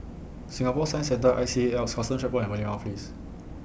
Singapore Science Centre I C A A L P S Custom Checkpoint and Merlimau Office